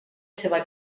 seva